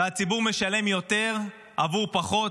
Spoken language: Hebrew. והציבור משלם יותר עבור פחות,